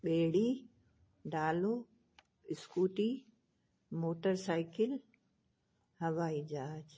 ॿेड़ी डालू scooty motorcycle हवाई जहाज